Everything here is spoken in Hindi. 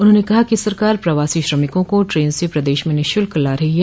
उन्होंने कहा कि सरकार प्रवासी श्रमिकों को ट्रेन से प्रदेश में निःशुल्क ला रही है